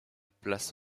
place